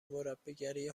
مربیگری